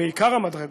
בעיקר המדרגות.